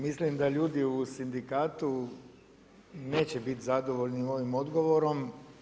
Mislim da ljudi u sindikatu neće biti zadovoljni ovim odgovorom.